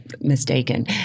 Mistaken